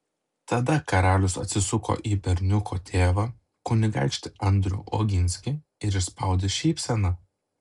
tada karalius atsisuko į berniuko tėvą kunigaikštį andrių oginskį ir išspaudė šypseną